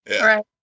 Right